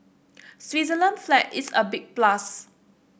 Switzerland's flag is a big plus